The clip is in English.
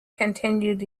continued